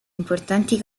importanti